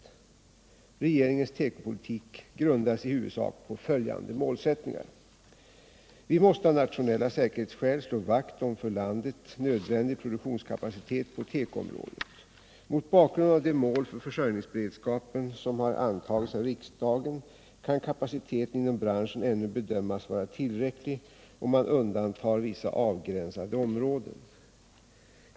Regeringens tekopolitik grundas i huvudsak på följande målsättningar. Vi måste av nationella säkerhetsskäl slå vakt om för landet nödvändig produktionskapacitet på tekoområdet. Mot bakgrund av de mål för försörjningsberedskapen som har antagits av riksdagen kan kapaciteten inom branschen ännu bedömas vara tillräcklig om man undantar vissa avgränsade områden.